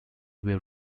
were